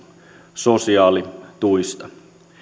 sosiaalituista